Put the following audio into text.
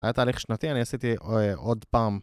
היה תהליך שנתי אני עשיתי עוד פעם